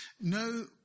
No